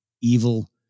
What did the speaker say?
evil